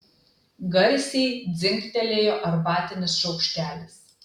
garsiai dzingtelėjo arbatinis šaukštelis